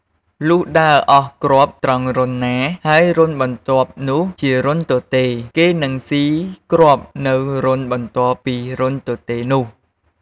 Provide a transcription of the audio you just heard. លុះដើរអស់គ្រាប់ត្រង់រន្ធណា ហើយរន្ធបន្ទាប់នោះ ជារន្ធទទេ គេនឹងស៊ីគ្រាប់នៅរន្ធបន្ទាប់ពីរន្ធទទេនោះ។